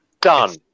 Done